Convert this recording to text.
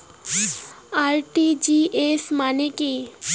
RTGS মানে কি?